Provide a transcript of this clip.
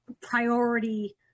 priority